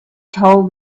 told